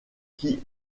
qui